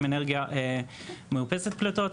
עם אנרגיה מאופסת פליטות,